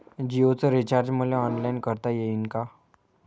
जीओच रिचार्ज मले ऑनलाईन करता येईन का?